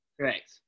Correct